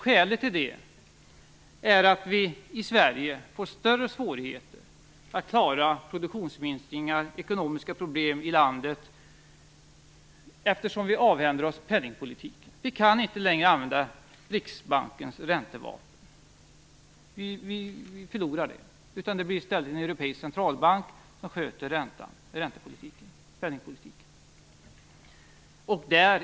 Skälet är att vi i Sverige får större svårigheter att klara produktionsminskningar och ekonomiska problem i landet, eftersom vi avhänder oss penningpolitiken - vi kan inte längre kan använda Riksbankens räntevapen. I stället blir det en europeisk centralbank som sköter ränte och penningpolitiken.